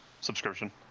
subscription